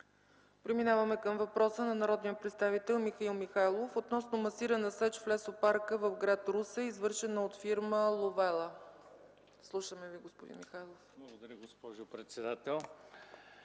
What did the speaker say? Преминаваме към въпроса на народния представител Михаил Михайлов относно масирана сеч в лесопарка – гр. Русе извършена от фирма „Ловела”. Слушаме Ви, господин Михайлов. МИХАИЛ МИХАЙЛОВ (СК): Благодаря, госпожо председател.